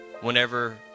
Whenever